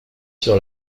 sur